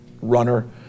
runner